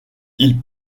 ils